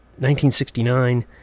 1969